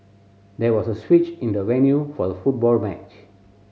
there was a switch in the venue for the football match